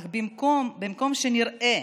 אך במקום שנראה